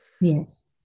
Yes